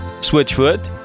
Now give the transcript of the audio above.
Switchfoot